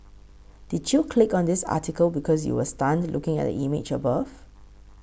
did you click on this article because you were stunned looking at the image above